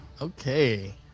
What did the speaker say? okay